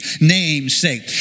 namesake